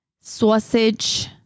sausage